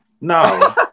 No